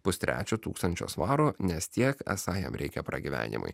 pustrečio tūkstančio svarų nes tiek esą jam reikia pragyvenimui